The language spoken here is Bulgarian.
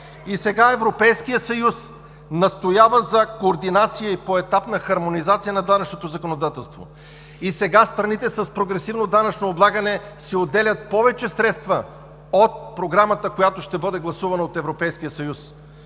Сега Европейският съюз настоява за координация и поетапна хармонизация на данъчното законодателство. И сега страните с прогресивно данъчно облагане си отделят повече средства от Програмата, която ще бъде гласувана от Европейския съюз.